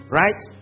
right